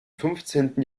fünfzehnten